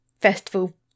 festival